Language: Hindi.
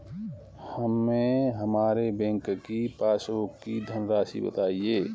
हमें हमारे बैंक की पासबुक की धन राशि बताइए